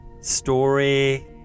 story